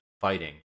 fighting